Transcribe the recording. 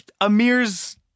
Amir's